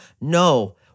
No